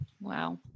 Wow